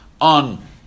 on